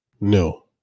No